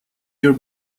your